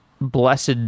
blessed